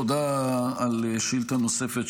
תודה על שאילתה נוספת,